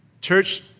Church